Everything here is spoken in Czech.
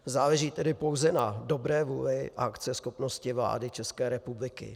Záleží tedy na dobré vůli a akceschopnosti vlády České republiky.